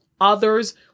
others